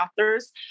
authors